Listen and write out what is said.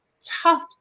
tough